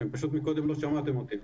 פשוט מקודם לא שמעתם אותי.